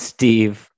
Steve